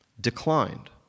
declined